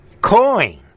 coin